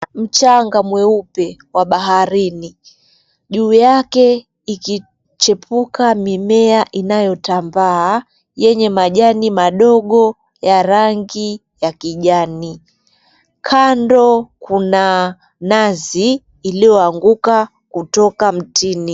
Mchanga mweupe wa baharini. Juu yake ikichepuka mimea inayotambaa yenye majani madogo ya rangi ya kijani. Kando kuna nazi iliyoanguka kutoka mtini.